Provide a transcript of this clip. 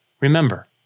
Remember